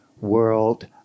World